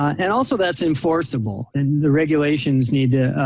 and also that's enforceable and the regulations need to,